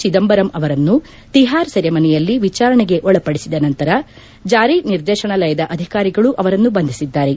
ಚಿದಂಬರಮ್ ಅವರನ್ನು ತಿಹಾರ್ ಸೆರೆಮನೆಯಲ್ಲಿ ವಿಚಾರಣೆಗೆ ಒಳಪಡಿಸಿದ ನಂತರ ಜಾರಿ ನಿರ್ದೇಶನಾಲಯದ ಅಧಿಕಾರಿಗಳು ಅವರನ್ನು ಬಂಧಿಸಿದ್ದಾರೆ